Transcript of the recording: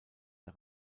der